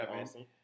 Awesome